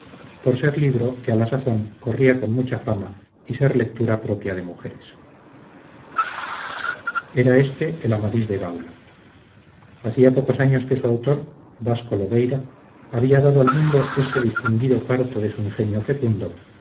por ser libro que a la sazón corría con mucha fama y ser lectura propia de mujeres era éste el amadís de gaula hacía pocos años que su autor vasco lobeira había dado al mundo éste distinguido parto de su ingenio fecundo